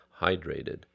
hydrated